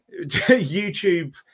YouTube